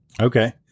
Okay